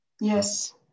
Yes